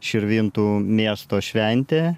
širvintų miesto šventę